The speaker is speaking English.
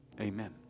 Amen